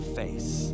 face